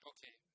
Okay